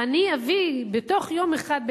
אני אביא בתוך יום אחד,